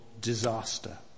disaster